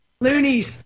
loonies